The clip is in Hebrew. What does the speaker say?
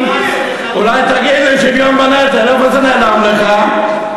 אולי תגיד לי, שוויון בנטל, איפה זה נעלם לך?